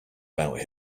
about